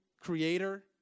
creator